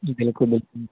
ਜੀ ਬਿਲਕੁਲ